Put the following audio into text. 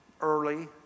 early